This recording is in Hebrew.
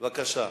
בבקשה.